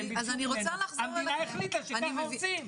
המדינה החליטה שככה עושים.